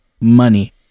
money